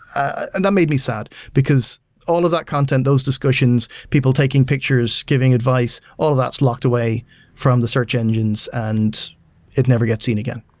and that made me sad because all of that content, those discussions, people taking pictures, giving advice, all of that's locked away from the search engines and it never gets seen again.